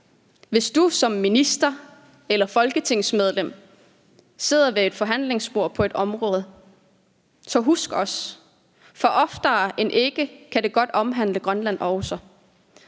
Hvis du som minister eller folketingsmedlem sidder ved et forhandlingsbord om et område, så husk os, for oftere end ikke kan det godt også omhandle Grønland. Hvis